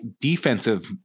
defensive